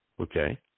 okay